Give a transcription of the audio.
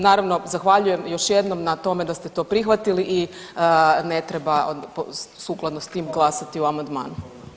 Naravno, zahvaljujem još jednom na tome da ste to prihvatili i ne treba sukladno s tim glasati o amandmanu.